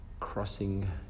crossing